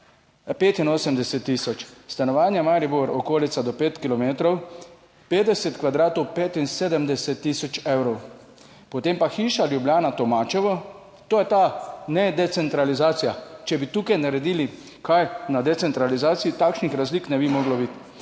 85 tisoč. Stanovanje Maribor okolica do 5 kilometrov, 50 kvadratov, 75 tisoč evrov. Potem pa hiša Ljubljana Tomačevo – to je ta nedecentralizacija, če bi tukaj naredili kaj na decentralizaciji, takšnih razlik ne bi moglo biti